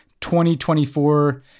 2024